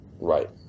right